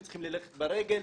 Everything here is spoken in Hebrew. הם צריכים ללכת ברגל,